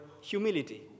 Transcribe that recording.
humility